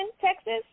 Texas